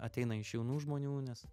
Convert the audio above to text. ateina iš jaunų žmonių nes